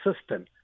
system